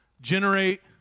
generate